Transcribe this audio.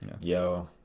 Yo